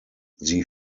sie